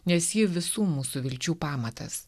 nes ji visų mūsų vilčių pamatas